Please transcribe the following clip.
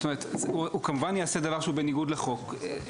הוא כמובן יעשה דבר שהוא בניגוד לחוק.